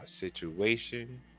situation